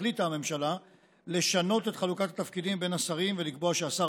החליטה הממשלה לשנות את חלוקת התפקידים בין השרים ולקבוע שהשר